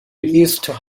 east